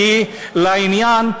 שהיא לעניין,